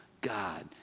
god